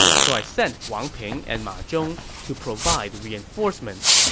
so i sent wang ping and ma zhong to provide reinforcements.